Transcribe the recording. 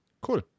Cool